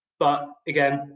but again,